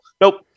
Nope